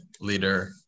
leader